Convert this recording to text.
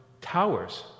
towers